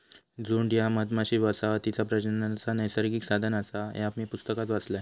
झुंड ह्या मधमाशी वसाहतीचा प्रजननाचा नैसर्गिक साधन आसा, ह्या मी पुस्तकात वाचलंय